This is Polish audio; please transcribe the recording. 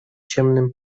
ciemnym